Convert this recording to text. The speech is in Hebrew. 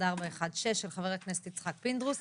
פ/1416/24 של חבר הכנסת יצחק פינדרוס,